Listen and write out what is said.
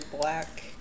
black